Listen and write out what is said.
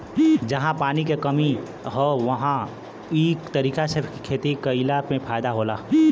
जहां पानी के कमी हौ उहां इ तरीका से खेती कइला में फायदा होला